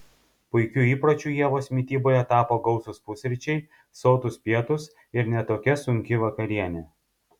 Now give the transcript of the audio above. puikiu įpročiu ievos mityboje tapo gausūs pusryčiai sotūs pietūs ir ne tokia sunki vakarienė